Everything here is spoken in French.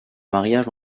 mariages